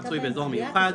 המצוי באזור המיוחד,